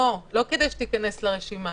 לא, לא כדי להיכנס לרשימה.